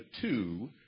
two